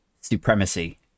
supremacy